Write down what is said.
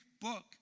book